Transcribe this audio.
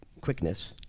quickness